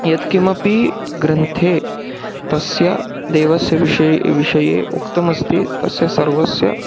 यत्किमपि ग्रन्थे तस्य देवस्य विषये विषये उक्तमस्ति तस्य सर्वस्य